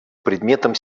предметом